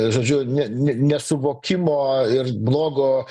žodžiu ne ne nesuvokimo ir blogo